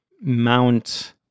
Mount